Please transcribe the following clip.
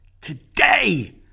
today